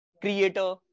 creator